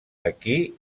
equí